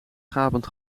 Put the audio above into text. gapend